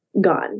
gone